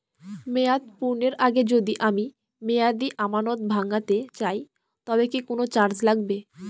মেয়াদ পূর্ণের আগে যদি আমি মেয়াদি আমানত ভাঙাতে চাই তবে কি কোন চার্জ লাগবে?